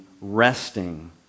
resting